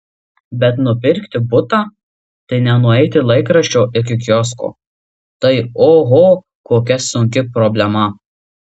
bet nupirkti butą tai ne nueiti laikraščio iki kiosko tai oho kokia sunki problema